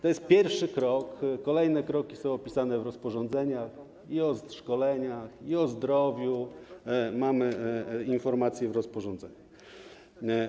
To jest pierwszy krok, kolejne kroki są rozpisane w rozporządzeniach, o szkoleniach i o zdrowiu mamy informacje w rozporządzeniach.